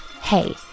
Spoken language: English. Hey